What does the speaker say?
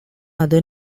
other